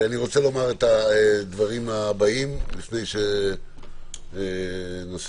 אני רוצה לומר את הדברים הבאים לפני שנעשה